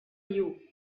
you